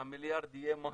שהמיליארד יהיה מהר.